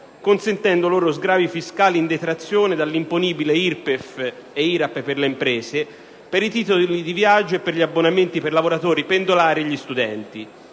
consentendo loro sgravi fiscali in detrazione dall'imponibile IRPEF - e IRAP per le imprese - per i titoli di viaggio e per gli abbonamenti dei lavoratori pendolari e degli studenti.